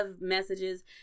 messages